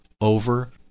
over